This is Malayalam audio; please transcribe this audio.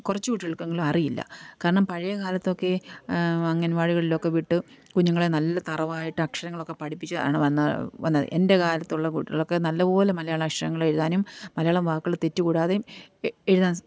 കുറച്ചു കുട്ടികൾക്കെങ്കിലും അറിയില്ല കാരണം പഴയ കാലത്തൊക്കെ അംഗൻവാടികളിലൊക്കെ വിട്ട് കുഞ്ഞുങ്ങളെ നല്ല തറവായിട്ട് അക്ഷരങ്ങളൊക്കെ പഠിപ്പിച്ചാണ് വന്നത് വന്നത് എൻ്റെ കാലത്തുള്ള കുട്ടികളൊക്കെ നല്ല പോലെ മലയാള അക്ഷരങ്ങള് എഴുതാനും മലയാളം വാക്കുകൾ തെറ്റ് കൂടാതെയും എഴുതാൻ